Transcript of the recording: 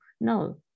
No